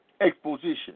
exposition